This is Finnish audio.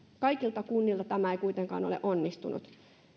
kaikilta kunnilta tämä ei kuitenkaan ole onnistunut